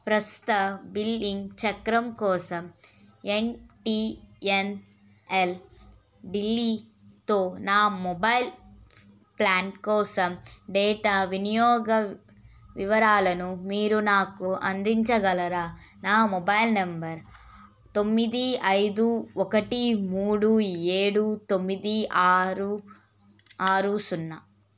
ప్రస్తుత బిల్లింగ్ చక్రం కోసం ఎమ్ టీ ఎన్ ఎల్ ఢిల్లీతో నా మొబైల్ ప్లాన్ కోసం డేటా వినియోగ వివరాలను మీరు నాకు అందించగలరా నా మొబైల్ నంబర్ తొమ్మిది ఐదు ఒకటి మూడు ఏడు తొమ్మిది ఆరు ఆరు సున్నా